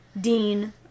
Dean